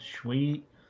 Sweet